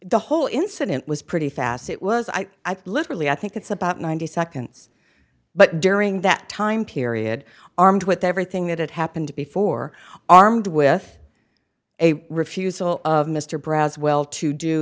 the whole incident was pretty fast it was i literally i think it's about ninety seconds but during that time period armed with everything that had happened before armed with a refusal of mr brough's well to do